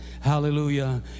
Hallelujah